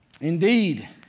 Indeed